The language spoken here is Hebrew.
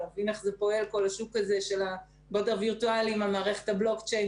מדובר בתחום שהוא לא פשוט ויש להבין את המערכות שלו.